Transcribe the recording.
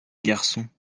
garçon